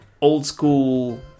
old-school